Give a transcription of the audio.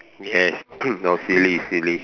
yes no silly silly